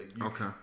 Okay